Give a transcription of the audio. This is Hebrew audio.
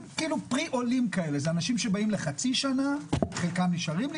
הם פרה-עולים, אנשים שבאים לחצי שנה, חלקם נשארים.